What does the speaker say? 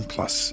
Plus